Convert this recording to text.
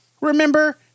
Remember